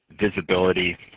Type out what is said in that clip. visibility